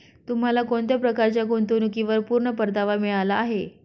तुम्हाला कोणत्या प्रकारच्या गुंतवणुकीवर पूर्ण परतावा मिळाला आहे